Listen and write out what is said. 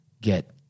get